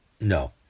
No